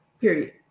Period